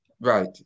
right